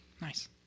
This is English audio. Nice